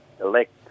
elect